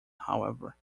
however